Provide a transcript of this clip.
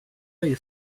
类似